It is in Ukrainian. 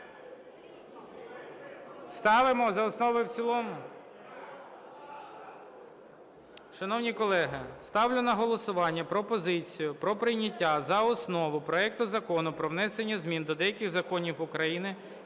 Ставимо за основу і в цілому? Шановні колеги, ставлю на голосування пропозицію про прийняття за основу проекту Закону про внесення змін до деяких законів України